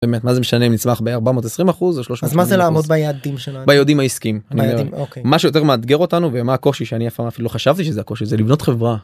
באמת, מה זה משנה אם נצמח ב-420% או 380%. אז מה זה לעמוד ביעדים שלנו? ביעדים העסקיים. מה שיותר מאתגר אותנו ומה הקושי שאני אף פעם אפילו לא חשבתי שזה קושי, זה לבנות חברה.